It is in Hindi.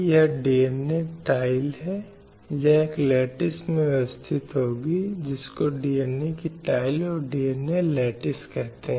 यह महत्वपूर्ण है कि स्वास्थ्य के उच्चतम मानक को सभी के लिए बनाए रखा जाना चाहिए